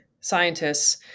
scientists